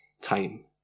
time